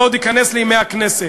זה עוד ייכנס לדברי ימי הכנסת,